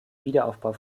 wiederaufbau